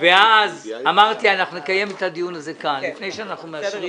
ואז אמרתי: אנחנו נקיים את הדיון הזה כאן לפני שאנחנו מאשרים